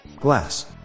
glass